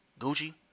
Gucci